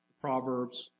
Proverbs